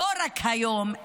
לא רק היום,